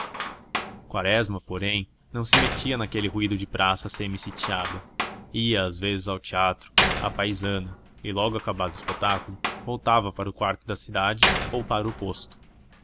quaresma porém não se metia naquele ruído de praça semi sitiada ia às vezes ao teatro à paisana e logo acabado o espetáculo voltava para o quarto da cidade ou para o posto